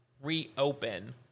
reopen